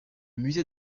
musée